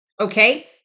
okay